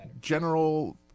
general